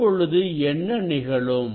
இப்பொழுது என்ன நிகழும்